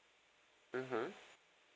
mmhmm